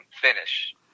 finish